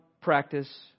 practice